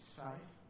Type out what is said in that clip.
safe